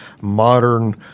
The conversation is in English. modern